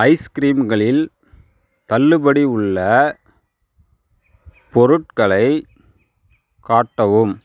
ஐஸ்கிரீம்களில் தள்ளுபடி உள்ள பொருட்களை காட்டவும்